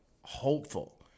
hopeful